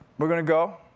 we're gonna go,